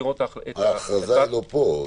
ההכרזה היא לא פה.